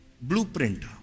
Blueprint